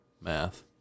Math